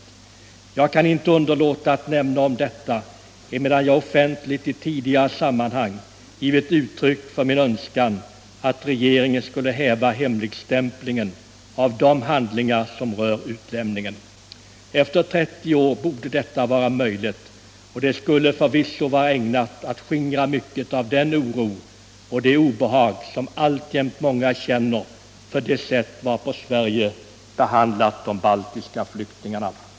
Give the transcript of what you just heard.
Jag kan, herr talman, inte underlåta att nämna detta emedan jag offentligt i tidigare sammanhang givit uttryck för min önskan att regeringen skulle häva hemligstämplingen av de handlingar som rör utlämningen. Efter 30 år borde detta vara möjligt, och det skulle förvisso vara ägnat att skingra mycket av den oro och det obehag som alltjämt många känner för det sätt varpå Sverige behandlade de baltiska flyktingarna.